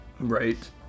Right